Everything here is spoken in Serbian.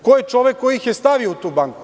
Ko je čovek koji ih je stavio u tu banku?